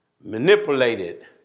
manipulated